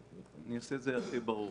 לא לאחל לו מזל טוב,